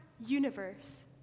universe